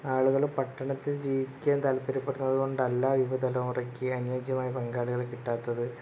ആളുകൾ പട്ടണത്തിൽ ജീവിക്കാൻ താൽപര്യപ്പെടുന്നത് കൊണ്ട് അല്ല യുവതലമുറയ്ക്ക് അനുയോജ്യമായ പങ്കാളികളെ കിട്ടാത്തത്